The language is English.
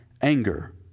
Anger